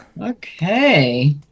Okay